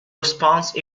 response